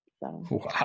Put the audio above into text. Wow